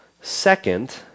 Second